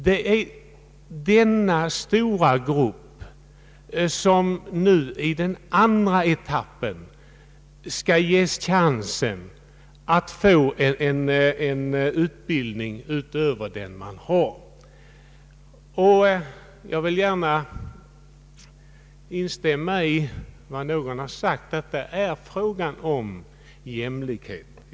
Det är denna stora grupp som nu i en andra etapp skall ges möjlighet till utbildning utöver den man tidigare fått. Jag vill gärna instämma i vad någon har sagt, att detta är en fråga om jämlikhet.